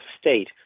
state